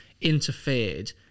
interfered